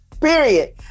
period